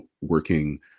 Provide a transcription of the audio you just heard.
working